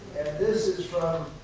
this is from